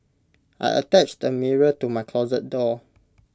I attached A mirror to my closet door